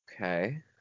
Okay